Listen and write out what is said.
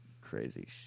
crazy